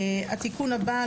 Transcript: התיקון הבא,